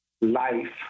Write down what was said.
life